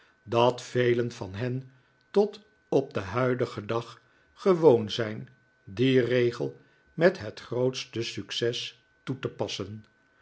dat velen van hen tot op den huidigen dag gewoon zijn dien regel met het grootste succes toe te passen